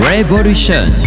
Revolution